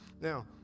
Now